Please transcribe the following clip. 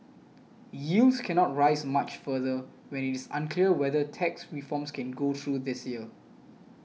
yields cannot rise much further when it is unclear whether tax reforms can go through this year